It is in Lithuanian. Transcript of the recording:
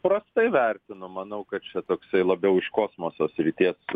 prastai vertinu manau kad čia toksai labiau iš kosmoso srities